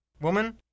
woman